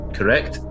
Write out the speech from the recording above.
Correct